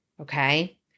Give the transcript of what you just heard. Okay